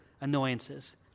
annoyances